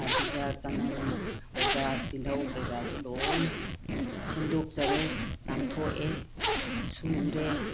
ꯑꯗꯨꯒ ꯆꯅꯝ ꯀꯩꯀꯥ ꯇꯤꯜꯍꯧ ꯀꯩꯀꯥꯗꯨ ꯂꯣꯏꯅ ꯁꯦꯝꯗꯣꯛꯆꯔꯦ ꯆꯥꯝꯊꯣꯛꯑꯦ ꯁꯨꯔꯦ